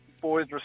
boys